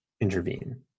intervene